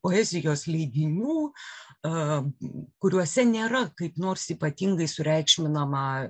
poezijos leidinių kuriuose nėra kaip nors ypatingai sureikšminama